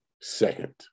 second